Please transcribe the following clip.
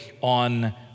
on